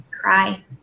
cry